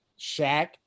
Shaq